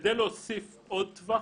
כדי להוסיף עוד טווח,